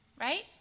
right